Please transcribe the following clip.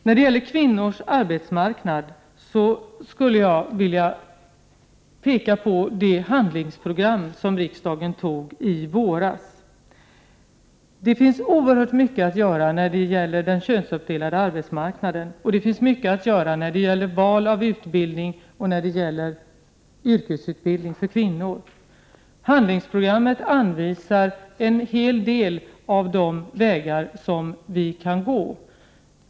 När det gäller kvinnors arbetsmarknad skulle jag vilja peka på det handlingsprogram som riksdagen antog i våras. Det finns oerhört mycket att göra när det gäller den könsuppdelade arbetsmarknaden, t.ex. när det gäller val av utbildning och val av yrke för kvinnor. Handlingsprogrammet redovisar många vägar som vi kan gå.